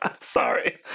Sorry